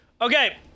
Okay